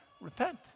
Repent